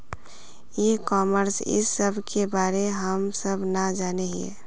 ई commerce इस सब के बारे हम सब ना जाने हीये?